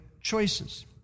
choices